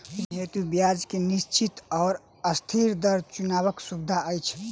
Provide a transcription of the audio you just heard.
ऋण हेतु ब्याज केँ निश्चित वा अस्थिर दर चुनबाक सुविधा अछि